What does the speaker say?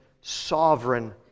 sovereign